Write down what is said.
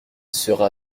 sera